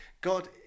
God